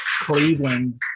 Cleveland